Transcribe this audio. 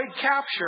capture